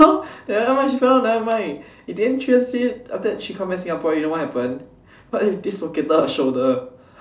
so never mind she fell down never mind in the end after that she come back Singapore you know what happened she dislocated her shoulder